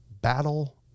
Battle